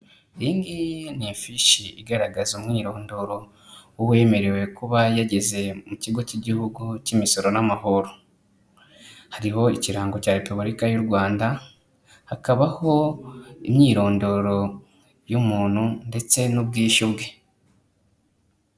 Iyingiyi ni ifishi igaragaza umwirondoro w'uwemerewe kuba yageze mu kigo cy'igihugu cy'imisoro n'amahoro. Hariho ikirango cya repubulika y'u Rwanda, hakabaho imyirondoro y'umuntu ndetse n'ubwishyu bwe.